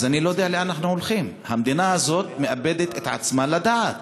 אני לא יודע לאן אנחנו הולכים המדינה הזאת מאבדת את עצמה לדעת.